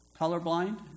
colorblind